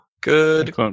Good